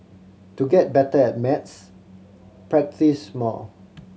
to get better at maths practise more